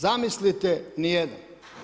Zamislite, niti jedan.